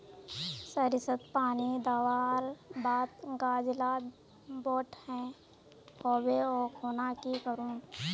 सरिसत पानी दवर बात गाज ला बोट है होबे ओ खुना की करूम?